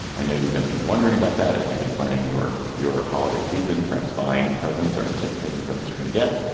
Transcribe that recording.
i know you've been wondering about that as you've been planning your your holiday season, perhaps buying presence or anticipating the presence you're going to get.